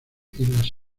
islas